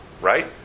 Right